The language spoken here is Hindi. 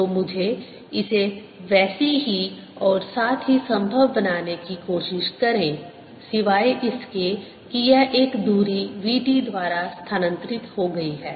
तो मुझे इसे वैसी ही और साथ ही संभव बनाने की कोशिश करें सिवाय इसके कि यह एक दूरी v t द्वारा स्थानांतरित हो गयी है